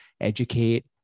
educate